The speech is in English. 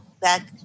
back